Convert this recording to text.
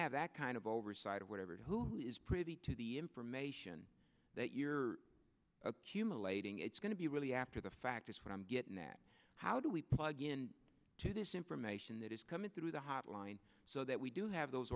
have that kind of oversight of whatever who is pretty to the information that you're accumulating it's going to be really after the fact is what i'm getting at how do we plug in to this information that is coming through the hotline so that we do have those